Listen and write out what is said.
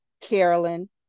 Carolyn